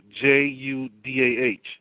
J-U-D-A-H